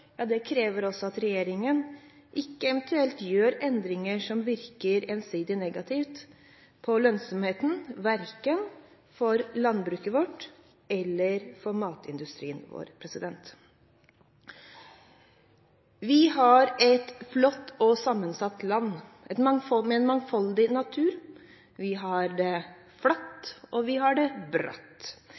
krever også at regjeringen ikke gjør eventuelle endringer som virker ensidig negativt på lønnsomheten – verken for landbruket vårt eller for matindustrien vår. Vi har et flott og sammensatt land med en mangfoldig natur, vi har det flatt, og vi har det